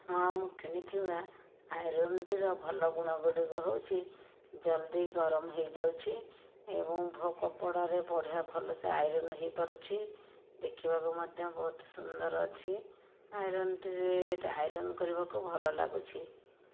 ହଁ ମୁଁ କିଣିଥିବା ଆଇରନ୍ଟିର ଭଲ ଗୁଣ ଗୁଡ଼ିକ ହେଉଛି ଜଲ୍ଦି ଗରମ ହୋଇଯାଉଛି ଏବଂ କପଡ଼ାରେ ବଢ଼ିଆ ଭଲସେ ଆଇରନ୍ ହୋଇପାରୁଛି ଦେଖିବାକୁ ମଧ୍ୟ ବହୁତ ସୁନ୍ଦର ଅଛି ଆଇରନ୍ଟିରେ ଆଇରନ୍ କରିବାକୁ ଭଲ ଲାଗୁଛି